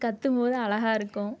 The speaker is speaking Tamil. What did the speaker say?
அது கத்தும் போது அழகாக இருக்கும்